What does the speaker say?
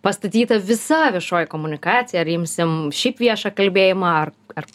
pastatyta visa viešoji komunikacija ar imsim šiaip viešą kalbėjimą ar ar